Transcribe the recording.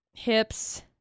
Hips